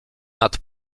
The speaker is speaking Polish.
nad